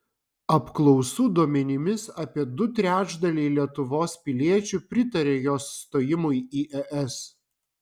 apklausų duomenimis apie du trečdaliai lietuvos piliečių pritaria jos stojimui į es